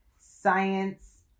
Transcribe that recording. science